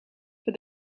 for